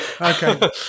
Okay